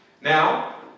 Now